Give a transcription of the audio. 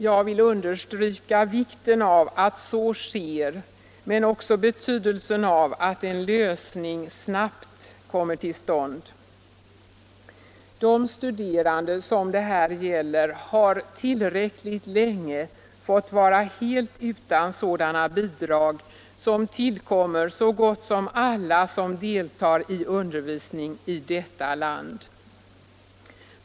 Jag vill understryka vikten av att så sker men också betydelsen av att en lösning snabbt kommer till stånd. De studerande som det här gäller har tillräckligt länge fått vara helt utan sådana bidrag som tillkommer så gott som alla som deltar i undervisning i detta land.